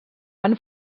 van